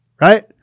right